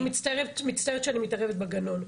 אני מצטערת שאני מתערבת בגנון,